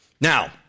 Now